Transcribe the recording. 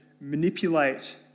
manipulate